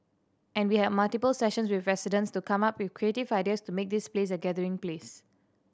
and we had multiple sessions with residents to come up with creative ideas to make this place a gathering place